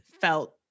felt